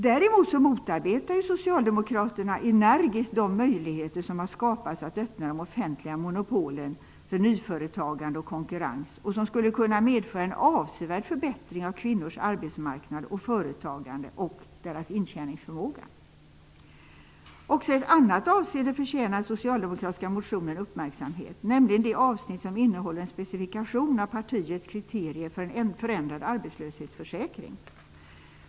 Däremot motarbetar Socialdemokraterna energiskt de möjligheter som har skapats att öppna de offentliga monopolen för nyföretagande och konkurrens och som skulle kunna medföra en avsevärd förbättring av kvinnors arbetsmarknad, företagande och intjäningsförmåga. Också i ett annat avseende förtjänar den socialdemokratiska motionen uppmärksamhet, nämligen det avsnitt som innehåller en specifikation av partiets kriterier för en förändrad arbetslöshetsförsäkring.